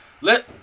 let